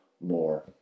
more